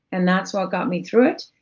and that's what got me through it.